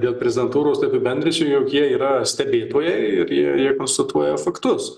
dėl prezidentūros tai apibendrinčiau jog jie yra stebėtojai ir jie jie konstatuoja faktus